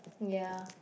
ya